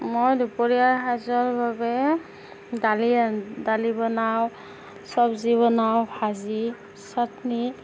মই দুপৰীয়া সাঁজৰ বাবে দালি আন্ দালি বনাওঁ চব্জি বনাওঁ ভাজি চাট্নি